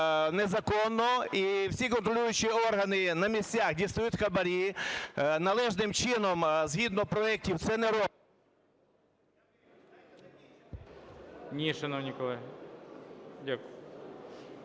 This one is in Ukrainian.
незаконно. І всі контролюючі органи на місцях дістають хабарі. Належним чином згідно проектів… ГОЛОВУЮЧИЙ. Ні, шановні колеги. Дякую.